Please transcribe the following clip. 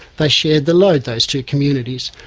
they shared the load, those two communities.